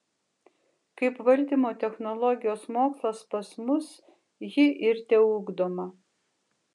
kaip valdymo technologijos mokslas pas mus ji ir teugdoma